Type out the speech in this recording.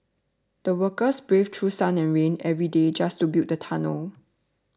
the workers braved through sun and rain every day just to build the tunnel